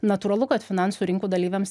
natūralu kad finansų rinkų dalyviams